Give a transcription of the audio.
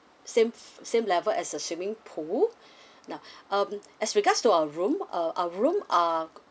same same level as the swimming pool now um as regards to our room uh our room are